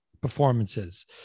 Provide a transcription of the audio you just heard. performances